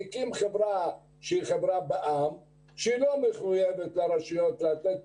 הוא הקים חברה בע"מ שלא מחייבת את הרשויות לתת